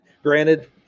Granted